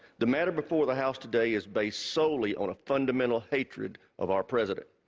the matter before the house today is based solely on a fundamental hatred of our president.